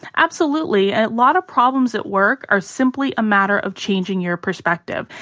absolutely. a lot of problems at work are simply a matter of changing your perspective.